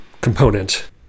component